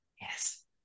Yes